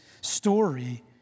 story